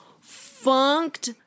funked